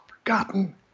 Forgotten